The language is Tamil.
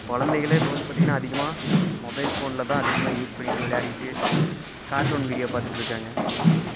குழந்தைகளே இப்போ வந்து பார்த்தீங்கனா அதிகமாக மொபைல் ஃபோனில் தான் அதிகமாக யூஸ் பண்ணிகிட்டு விளையாடிகிட்டு கார்டூன் வீடியோ பார்த்துட்டு இருக்காங்க